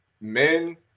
men